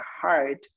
heart